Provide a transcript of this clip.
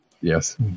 yes